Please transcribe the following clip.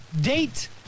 date